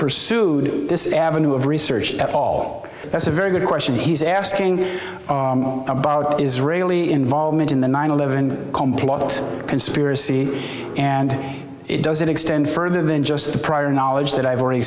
pursued this avenue of research at all that's a very good question he's asking about the israeli involvement in the nine eleven conspiracy and it doesn't extend further than just the prior knowledge that i've already